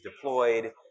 deployed